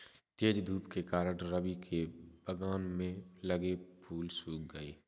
तेज धूप के कारण, रवि के बगान में लगे फूल सुख गए